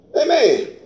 amen